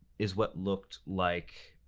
is what looked like,